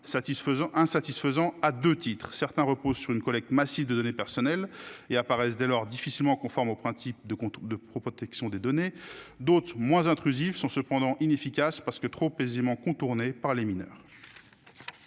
insatisfaisant à 2 titrent certains repose sur une collecte massive de données personnelles et apparaissent dès lors difficilement conforme aux principes de de propreté qui sont des données, d'autres moins intrusif sont cependant inefficace parce que trop aisément contournées par les mineurs.